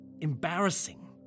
embarrassing